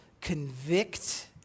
convict